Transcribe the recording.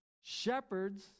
shepherds